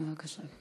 בבקשה.